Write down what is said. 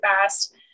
fast